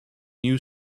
new